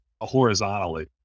horizontally